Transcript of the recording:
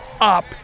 up